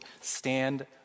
stand